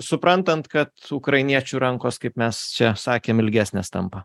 suprantant kad ukrainiečių rankos kaip mes čia sakėm ilgesnės tampa